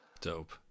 Dope